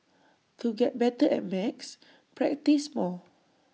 to get better at maths practise more